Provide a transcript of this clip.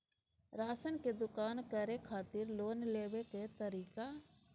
Ration के दुकान करै खातिर लोन लेबै के तरीका?